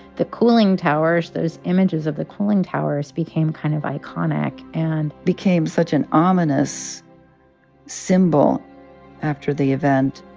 the cooling towers those images of the cooling towers became kind of iconic, and. became such an ominous symbol after the event.